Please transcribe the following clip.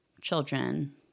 children